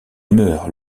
meurt